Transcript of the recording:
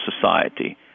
society